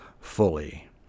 fully